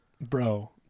Bro